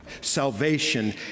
salvation